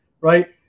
right